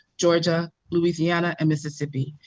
georgia, louisiana, and mississippi.